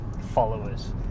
followers